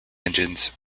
engines